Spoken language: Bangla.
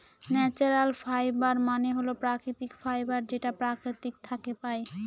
ন্যাচারাল ফাইবার মানে হল প্রাকৃতিক ফাইবার যেটা প্রকৃতি থাকে পাই